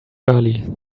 early